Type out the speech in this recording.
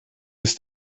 ist